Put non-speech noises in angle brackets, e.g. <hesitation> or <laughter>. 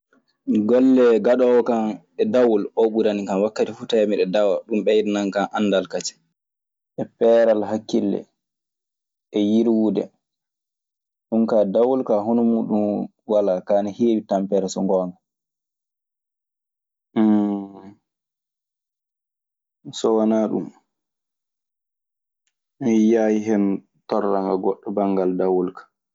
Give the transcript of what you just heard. Golle gaɗoowo kan e dawol. Oo ɓuranikan. Wakkati fuu tawee miɗe dawa. Ɗun ɓeydanan kan anndal kasen. E peeral hakkille, e yirwude. Ɗun kaa, dawol kaa, hono muuɗun walaa. Kaa, ana heewi tampere, so ngoonga. <hesitation> So wanaa ɗun, mi yiyaayi hen torla ka goɗɗo banngal dawol ka.